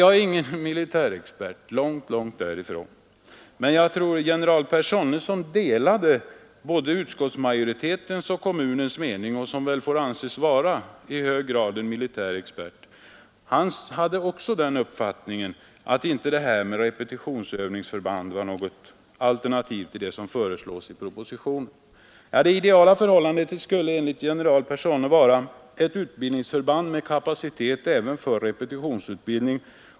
Jag är ingen militär expert, långt därifrån, men jag tror att general Personne som delade både utskottsmajoritetens och kommunens mening och som väl i hög grad får anses vara en militär expert också hade den uppfattningen att repetitionsövningsförband inte var något alternativ till det som föreslås i propositionen. Det ideala förhållandet skulle enligt general Personne vara ett utbildningsförband med kapacitet även för repetitionsutbildning.